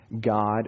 God